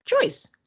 choice